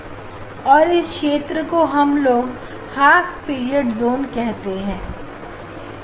और इस क्षेत्र को हम लोग हाफ पीरियड जोन कहते हैं